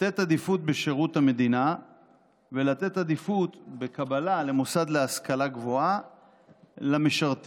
לתת עדיפות בשירות המדינה ובקבלה למוסד להשכלה גבוהה למשרתים,